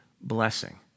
blessing